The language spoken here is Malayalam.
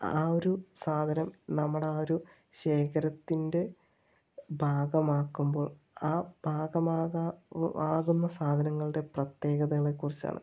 ആ ഒരു സാധനം നമ്മുടെ ആ ഒരു ശേഖരത്തിൻ്റെ ഭാഗമാക്കുമ്പോൾ ആ ഭാഗമാകാൻ ആകുന്ന സാധനങ്ങളുടെ പ്രത്യേകതകളെക്കുറിച്ചാണ്